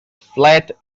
flat